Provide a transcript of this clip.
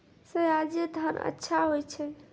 सयाजी धान अच्छा होय छै?